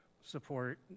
Support